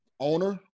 owner